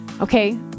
Okay